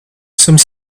some